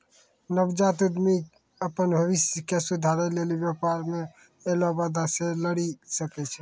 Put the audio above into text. नवजात उद्यमि अपन भविष्य के सुधारै लेली व्यापार मे ऐलो बाधा से लरी सकै छै